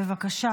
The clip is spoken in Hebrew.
בבקשה.